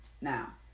now